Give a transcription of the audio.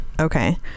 Okay